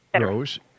Rose